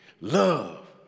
love